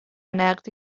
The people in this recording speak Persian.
نقدی